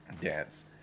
dance